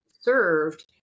served